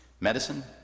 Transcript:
Medicine